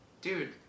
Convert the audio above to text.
dude